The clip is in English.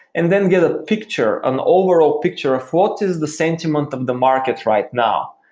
and then get a picture, an overall picture of what is the sentiment of the market right now.